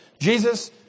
Jesus